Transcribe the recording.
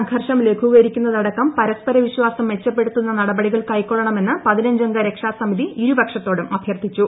സംഘർഷം ലഘൂകരിക്കുന്നതടക്കം പരസ്പര വിശ്വാസം മെച്ചപ്പെടുത്തുന്ന നടപടികൾ കൈക്കൊള്ളണമെന്ന് പതിനഞ്ചംഗ രക്ഷാസമിതി ഇരുപക്ഷത്തോടും അഭ്യർത്ഥിച്ചു